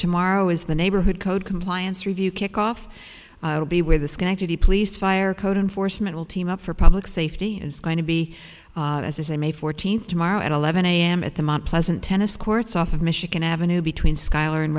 tomorrow is the neighborhood code compliance review kick off be where the schenectady police fire code enforcement will team up for public safety is going to be as a may fourteenth tomorrow at eleven a m at the mount pleasant tennis courts off of michigan avenue between s